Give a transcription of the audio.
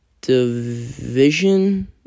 division